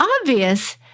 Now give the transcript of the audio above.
obvious